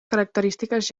característiques